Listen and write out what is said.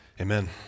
Amen